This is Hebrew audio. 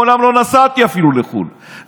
מעולם לא נסעתי אפילו לחו"ל,